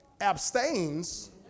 abstains